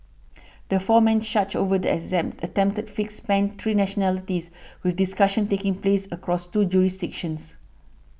the four men charged over the exam attempted fix spanned three nationalities with discussions taking place across two jurisdictions